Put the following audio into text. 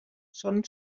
són